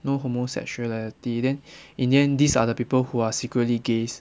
no homosexuality then in the end these are the people who are secretly gays